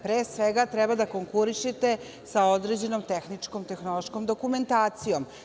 Pre svega, treba da konkurišete sa određenom tehničkom-tehnološkom dokumentacijom.